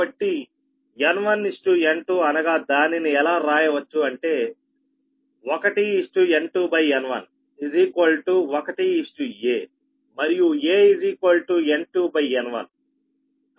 కాబట్టి N1N2 అనగా దానిని ఎలా రాయవచ్చు అంటే 1 N2N1 1 a మరియు a N2N1